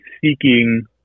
seeking